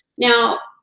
now,